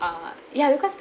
uh ya because